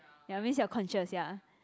ya means you are conscious ya